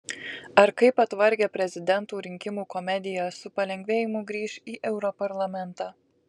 ar kaip atvargę prezidentų rinkimų komediją su palengvėjimu grįš į europarlamentą